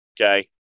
Okay